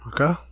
Okay